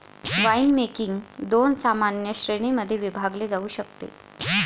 winemaking दोन सामान्य श्रेणीं मध्ये विभागले जाऊ शकते